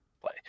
play